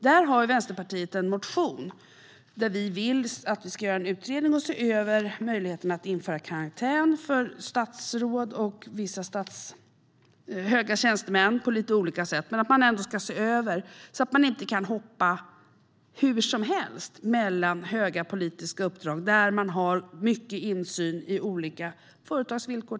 Där har Vänsterpartiet en motion om att göra en utredning och se över möjligheten att införa karantän för statsråd och vissa höga tjänstemän. Det kan ske på lite olika sätt, men vi ska se över detta så att det inte går att hoppa hur som helst mellan höga politiska uppdrag där man har mycket insyn i till exempel olika företags villkor.